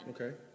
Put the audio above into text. Okay